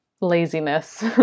laziness